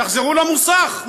תחזרו למוסך,